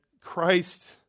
Christ